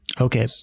Okay